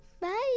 bye